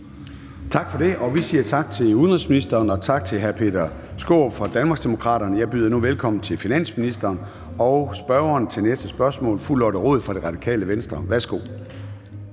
Tak for det. Vi siger tak til udenrigsministeren og tak til hr. Peter Skaarup fra Danmarksdemokraterne. Jeg byder nu velkommen til finansministeren og spørgeren med næste spørgsmål, fru Lotte Rod fra Radikale Venstre. Kl.